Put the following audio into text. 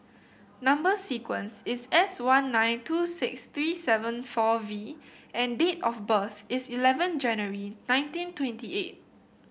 number sequence is S one nine two six three seven four V and date of birth is eleven January nineteen twenty eight